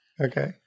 Okay